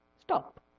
stop